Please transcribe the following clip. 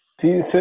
See